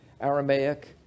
Aramaic